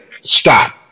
Stop